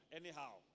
anyhow